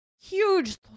huge